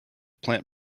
plant